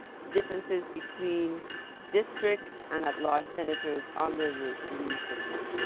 differences between district and at-large senators under the the new system?